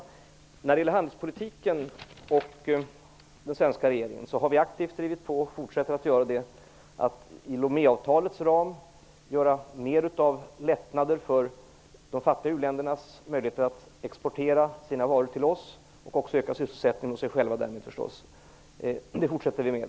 När det gäller handelspolitiken och den svenska regeringen kan jag säga att vi aktivt har drivit på, och det fortsätter vi att göra, för att inom Loméavtalets ram åstadkomma mer av lättnader för de fattiga uländernas möjligheter att exportera sina varor till oss och att öka sysselsättningen i sina egna länder.